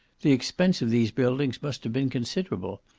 the expense of these buildings must have been considerable,